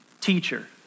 teacher